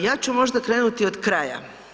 Ja ću možda krenuti od kraja.